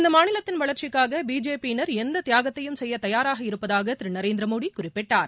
இந்த மாநிலத்தின் வளர்ச்சிக்காக பிஜேபி யினர் எந்த தியாகத்தையும் ச செய்ய தயாராக இருப்பதாக திரு நரேந்திரமோடி குறிப்பிட்டார்